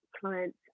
clients